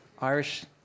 Irish